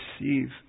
receive